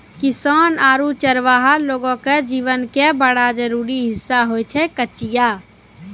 किसान आरो चरवाहा लोगो के जीवन के बड़ा जरूरी हिस्सा होय छै कचिया